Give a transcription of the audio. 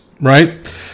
right